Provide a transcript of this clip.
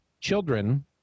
children